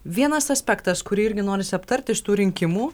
vienas aspektas kurį irgi norisi aptarti iš tų rinkimų